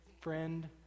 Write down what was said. friend